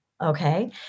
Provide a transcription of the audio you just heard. Okay